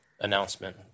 Announcement